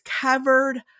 covered